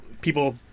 people